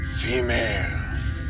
female